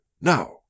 Now